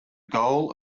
goal